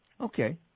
Okay